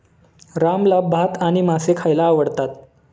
रामला भात आणि मासे खायला आवडतात